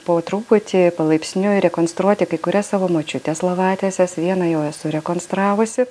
po truputį palaipsniui rekonstruoti kai kurias savo močiutės lovatieses vieną jau esu rekonstravusi